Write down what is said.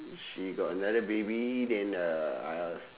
she got another baby then uh I was